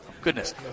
goodness